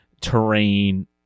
terrain